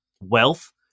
wealth